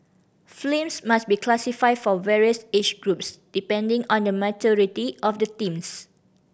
films must be classified for various age groups depending on the maturity of the themes